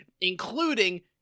including